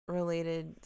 related